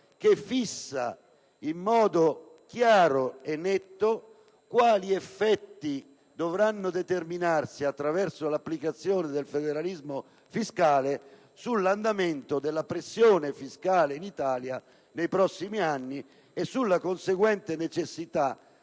che fissa in modo chiaro e netto gli effetti che dovranno determinarsi attraverso l'applicazione del federalismo fiscale sull'andamento della pressione fiscale in Italia nei prossimi anni e sulla conseguente necessità